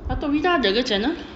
dato vida ada ke channel